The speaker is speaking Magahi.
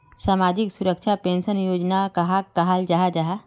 सामाजिक सुरक्षा पेंशन योजना कहाक कहाल जाहा जाहा?